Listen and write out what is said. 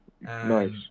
Nice